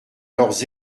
leurs